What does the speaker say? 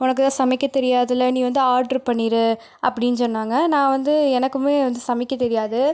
உனக்குத்தான் சமைக்க தெரியாதுல்ல நீ வந்து ஆர்டர் பண்ணிவிடு அப்படின்னு சொன்னாங்க நான் வந்து எனக்குமே சமைக்க தெரியாது